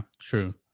true